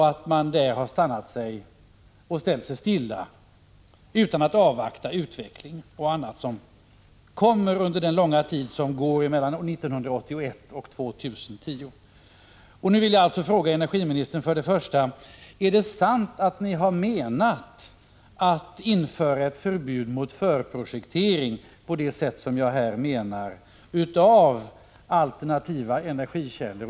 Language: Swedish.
Sedan har man ställt sig stillä där utan att avvakta utveckling och annat som kommer under den långa tid som går mellan 1981 och år 2010. Nu vill jag fråga energiministern om det är sant att hon avsett att införa ett förbud mot förprojektering av det som jag här menar vara en alternativ energikälla?